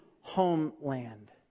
homeland